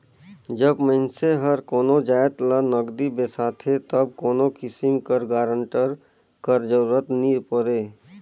जब मइनसे हर कोनो जाएत ल नगदी बेसाथे तब कोनो किसिम कर गारंटर कर जरूरत नी परे